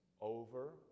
over